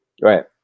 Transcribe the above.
Right